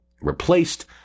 replaced